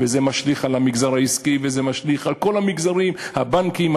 זה משליך על המגזר העסקי וזה משליך על כל המגזרים: הבנקים,